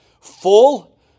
full